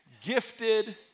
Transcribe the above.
gifted